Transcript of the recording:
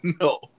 no